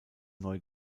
neu